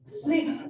sleep